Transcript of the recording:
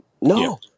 No